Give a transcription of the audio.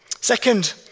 Second